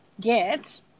get